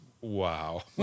wow